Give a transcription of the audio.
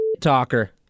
talker